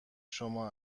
شما